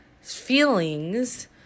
feelings